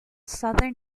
southern